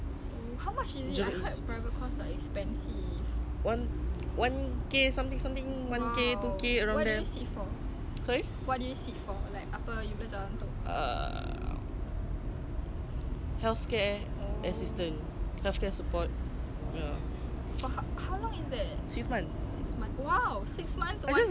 healthcare support six months I just graduated err august this year august ya then when I start to work for full time right I was like oh my god this is like adult life already sia I'm not ready for this